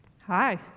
Hi